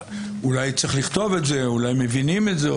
אולי צריך לכתוב את זה, אולי מבינים את זה,